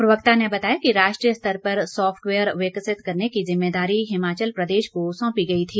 प्रवक्ता ने बताया कि राष्ट्रीय स्तर पर सॉफ्टवेयर विकसित करने की जिम्मेदारी हिमाचल प्रदेश को सौंपी गई थी